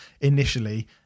initially